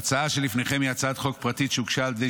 ההצעה שלפניכם היא הצעת חוק פרטית שהוגשה על ידי